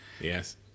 yes